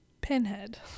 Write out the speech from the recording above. Pinhead